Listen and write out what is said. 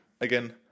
Again